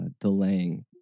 delaying